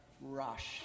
rush